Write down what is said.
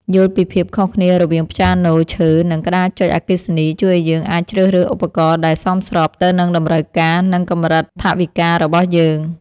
យល់ពីភាពខុសគ្នារវាងព្យ៉ាណូឈើ និងក្តារចុចអគ្គិសនីជួយឱ្យយើងអាចជ្រើសរើសឧបករណ៍ដែលសមស្របទៅនឹងតម្រូវការ និងកម្រិតថវិការបស់យើង។